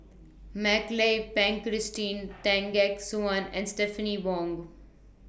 Mak Lai Peng Christine Tan Gek Suan and Stephanie Wong